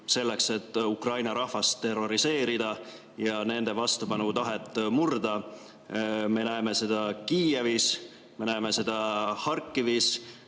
selleks, et Ukraina rahvast terroriseerida ja nende vastupanutahet murda. Me näeme seda Kiievis, me näeme seda Harkivis